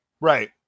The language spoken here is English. right